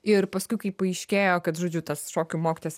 ir paskui kai paaiškėjo kad žodžiu tas šokių mokytojas